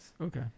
okay